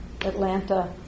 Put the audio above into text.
Atlanta